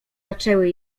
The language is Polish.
poczęły